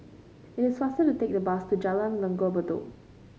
it is faster to take the bus to Jalan Langgar Bedok